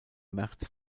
märz